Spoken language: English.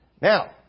Now